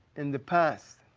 in the past,